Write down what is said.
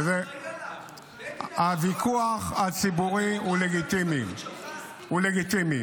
המערכת המדינית, הפוליטית.